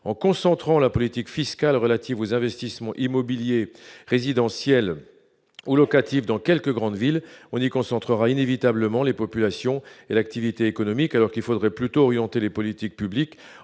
en concentrant la politique fiscale relative aux investissements immobiliers résidentiels ou locatif dans quelques grandes villes, on y concentrera inévitablement les populations et l'activité économique, alors qu'il faudrait plutôt orientées les politiques publiques